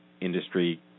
industry